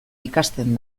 ikasten